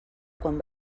quan